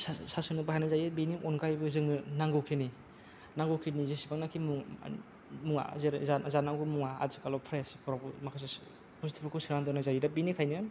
सार्स SARS होनो बाहायनाय जायो बेनि अनगायैबो जोङो नांगौखिनि नांगौखिनि जेसेबांनाखि म मुवा जानांगौ मुवा आथिखालाव फ्रेस बेफोरावबो माखासे बुस्तुफोरखौ सोना दोननाय जायो दा बेनिखायनो